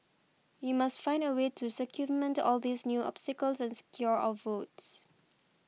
we must find a way to circumvent all these new obstacles and secure our votes